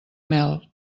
mel